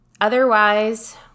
otherwise